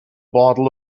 bottle